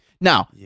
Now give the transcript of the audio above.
Now